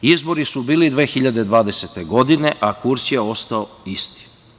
Izbori su bili 2020. godine, a kurs je ostao istu.